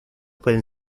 pueden